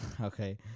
Okay